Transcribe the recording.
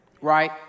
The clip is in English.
right